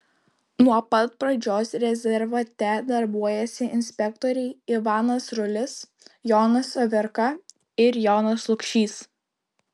nuo pat pradžios rezervate darbuojasi inspektoriai ivanas rulis jonas averka ir jonas lukšys